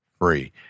free